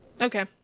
Okay